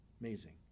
amazing